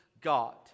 God